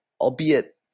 albeit –